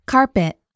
Carpet